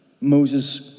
Moses